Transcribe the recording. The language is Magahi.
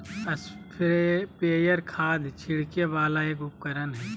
स्प्रेयर खाद छिड़के वाला एक उपकरण हय